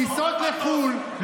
טיסות לחו"ל,